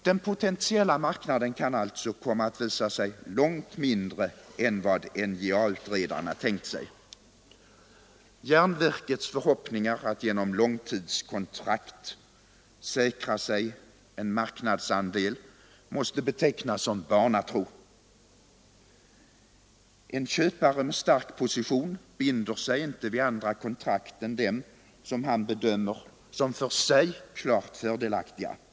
Den potentiella marknaden kan komma att visa sig långt mindre än vad NJA-utredarna tänkt sig. Järnverkets förhoppningar om att genom långtidskontrakt säkra sig marknadsandelar måste betecknas såsom barnatro. En köpare med stark position binder sig inte vid andra kontrakt än dem som han bedömer som klart fördelaktiga för sig.